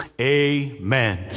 Amen